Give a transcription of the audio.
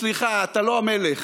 סליחה, אתה לא המלך.